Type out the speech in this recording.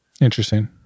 Interesting